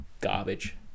garbage